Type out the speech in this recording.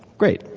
great.